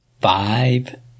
five